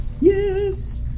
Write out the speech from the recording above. Yes